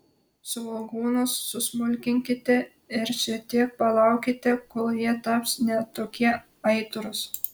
svogūnus susmulkinkite ir šiek tiek palaukite kol jie taps ne tokie aitrūs